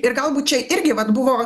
ir galbūt čia irgi vat buvo